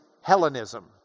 Hellenism